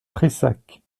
prayssac